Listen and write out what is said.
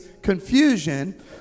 confusion